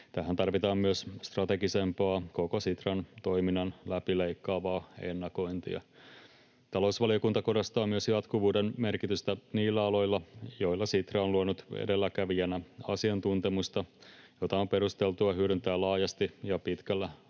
Tähän tarvitaan myös strategisempaa, koko Sitran toiminnan läpileikkaavaa ennakointia. Talousvaliokunta korostaa myös jatkuvuuden merkitystä niillä aloilla, joilla Sitra on luonut edelläkävijänä asiantuntemusta, jota on perusteltua hyödyntää laajasti ja pitkällä